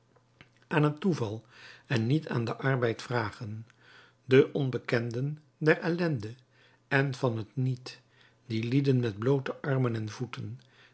aan het toeval en niet aan den arbeid vragen de onbekenden der ellende en van het niet die lieden met bloote armen en voeten